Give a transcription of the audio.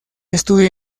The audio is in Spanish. estudio